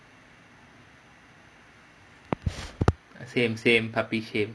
shame shame puppy shame